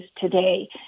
today